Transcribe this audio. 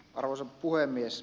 arvoisa puhemies